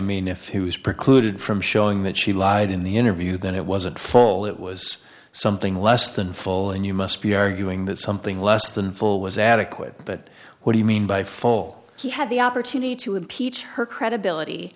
mean if he was precluded from showing that she lied in the interview then it wasn't full it was something less than full and you must be arguing that something less than full was adequate but what do you mean by fall he had the opportunity to impeach her credibility